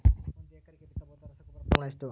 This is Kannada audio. ಒಂದು ಎಕರೆಗೆ ಬಿತ್ತಬಹುದಾದ ರಸಗೊಬ್ಬರದ ಪ್ರಮಾಣ ಎಷ್ಟು?